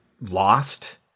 lost